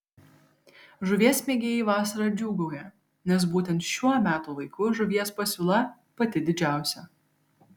žuvies mėgėjai vasarą džiūgauja nes būtent šiuo metų laiku žuvies pasiūla pati didžiausia